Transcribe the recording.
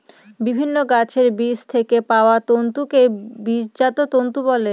বিভিন্ন গাছের বীজ থেকে পাওয়া তন্তুকে বীজজাত তন্তু বলে